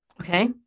Okay